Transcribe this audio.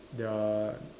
their